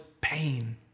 pain